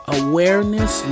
awareness